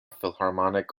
philharmonic